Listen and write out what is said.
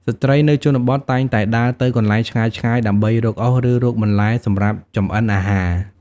ស្ត្រីនៅជនបទតែងតែដើរទៅកន្លែងឆ្ងាយៗដើម្បីរកអុស ឬរកបន្លែសម្រាប់ចម្អិនអាហារ។